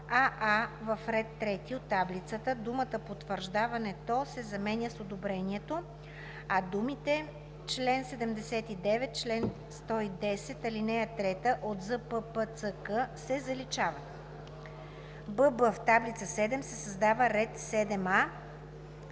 аа) в ред 3 от таблицата думата „потвърждаването“ се заменя с „одобрението“, а думите „(чл. 79, чл. 110, ал. 3 от ЗППЦК)“ се заличават; бб) в таблицата се създава ред 7а: